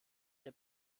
der